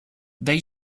they